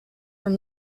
from